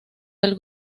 del